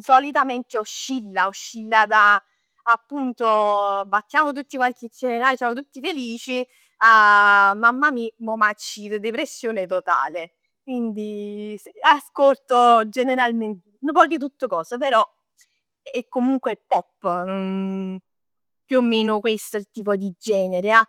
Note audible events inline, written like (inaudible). solitamente oscilla, oscilla da appunto (hesitation) battiamo tutti quanti insieme le mani, siamo tutti felici. A (hesitation) mamma mij mò m'accir, depressione totale. Quindi ascolto generalmente nu poc 'e tutte cos, però è comunque hip- hop, più o meno è questo il tipo di genere ja.